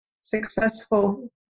successful